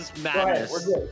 madness